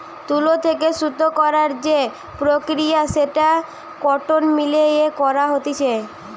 তুলো থেকে সুতো করার যে প্রক্রিয়া সেটা কটন মিল এ করা হতিছে